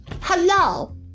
Hello